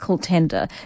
tender